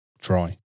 try